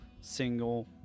single